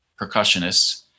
percussionists